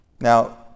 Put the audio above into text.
Now